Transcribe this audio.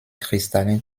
cristallin